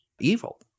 evil